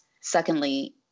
Secondly